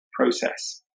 process